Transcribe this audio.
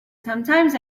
sometimes